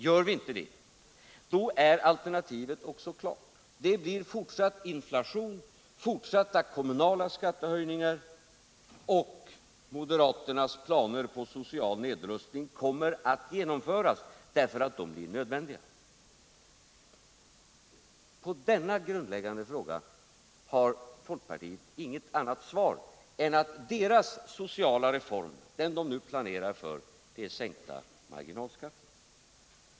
Gör vi inte det, då är alternativet också klart: det blir fortsatt inflation och fortsatta kommunala skattehöjningar — och moderaternas planer på social nedrustning kommer att genomföras, därför att de blir nödvändiga. På denna grundläggande fråga har folkpartiet inget annat svar än att deras sociala reform, som de nu planerar för, innebär sänkta marginalskatter.